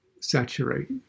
saturate